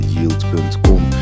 Yield.com